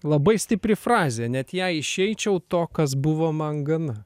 labai stipri frazė net jei išeičiau to kas buvo man gana